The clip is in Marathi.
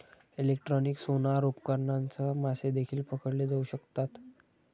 इलेक्ट्रॉनिक सोनार उपकरणांसह मासे देखील पकडले जाऊ शकतात